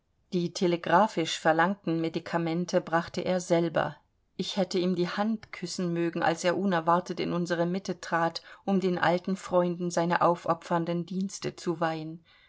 die telegraphisch verlangten medikamente brachte er selber ich hätte ihm die hand küssen mögen als er unerwartet in unsere mitte trat um den alten freunden seine aufopfernden dienste zu weihen